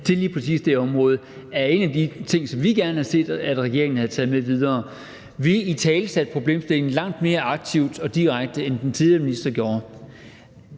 til lige præcis det område er nogle af de ting, som vi gerne havde set regeringen havde taget med videre. Vi italesatte problemstillingen langt mere aktivt og direkte, end den tidligere minister gjorde.